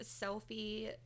selfie